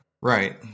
Right